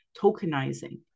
tokenizing